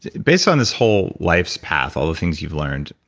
based on this whole life's path, all the things you've learned,